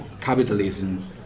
capitalism